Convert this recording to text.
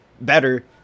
better